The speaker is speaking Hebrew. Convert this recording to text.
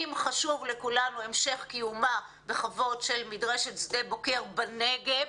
אם חשוב לכולנו המשך קיומה בכבוד של מדרשת שדה בוקר בנגב,